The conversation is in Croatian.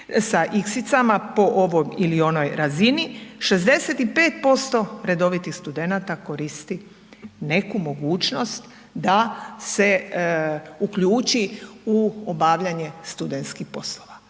sa iksicama po ovom ili onoj razini, 65% redovitih studenata koristi neku mogućnost da se uključi u obavljanje studentskih poslova,